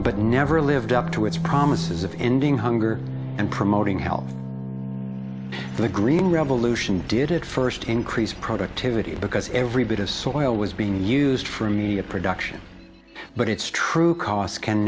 but never lived up to its promises of ending hunger and promoting help the green revolution did it first increase productivity because every bit of soil was being used for immediate production but it's true cost can